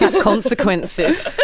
consequences